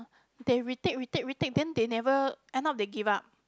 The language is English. they retake retake retake then they never end up they give up